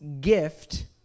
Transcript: gift